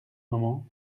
moment